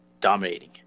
dominating